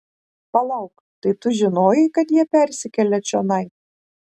palauk tai tu žinojai kad jie persikelia čionai